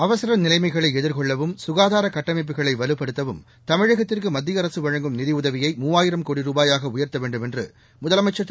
அவசர நிலைமைகளை எதிர்கொள்ளவும் சுகாதார கட்டமைப்புகளை வலுப்படுத்தவும் தமிழகத்திற்கு மத்திய அரசு வழங்கும் நிதியுதவியை முவாயிரம் கோடி ரூபாயாக உயர்த்த வேண்டும் என்று முதலமைச்சர் திரு